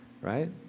right